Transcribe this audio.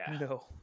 No